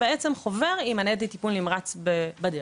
חובר עם ניידת טיפול נמרץ בדרך.